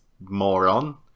moron